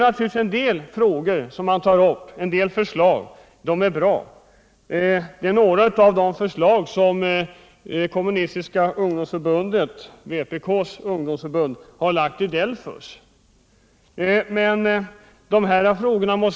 Ja, det finns naturligtvis en del förslag som är bra. Det är några av de förslag som det kommunistiska ungdomsförbundet, vpk:s ungdomsförbund, har lagt fram i delegationen för ungdomens sysselsättningsfrågor, DELFUS.